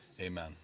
amen